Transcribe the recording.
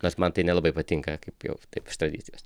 kas man tai nelabai patinka kaip jau taip iš tradicijos